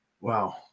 Wow